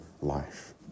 life